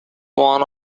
one